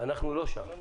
אנחנו לא שם.